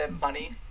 money